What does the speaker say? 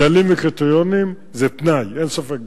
כללים וקריטריונים הם תנאי, ואין ספק בזה.